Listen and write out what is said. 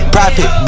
Profit